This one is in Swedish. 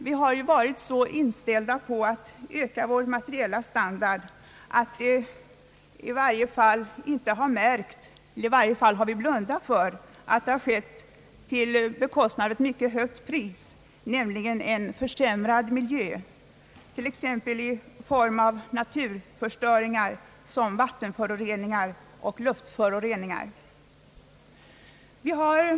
Vi har varit så inställda på att öka vår materiella standard, att vi har blundat för att det skett till ett mycket högt pris, nämligen en försämrad miljö, t.ex. i form av naturförstöringar som vattenföroreningar och luftföroreningar.